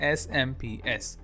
smps